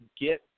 get